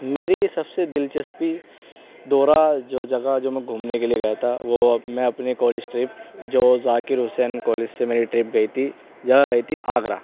میری سب سے دلچسپی دورہ جو جگہ جو میں گھومنے کے لیے گیا تھا وہ میں اپنی کالج ٹرپ جو ذاکر حسین کالج سے میری ٹرپ گئی تھی جہاں گئی تھی آگرہ